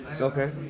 Okay